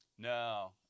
No